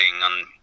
on